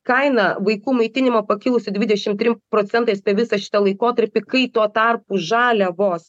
kaina vaikų maitinimo pakilusi dvidešim trim procentais per visą šitą laikotarpį kai tuo tarpu žaliavos